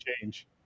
change